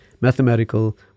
mathematical